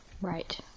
Right